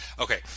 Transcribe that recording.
Okay